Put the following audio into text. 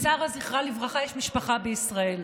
לשרה, זכרה לברכה, יש משפחה בישראל.